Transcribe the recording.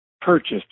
purchased